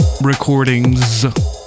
Recordings